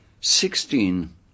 Sixteen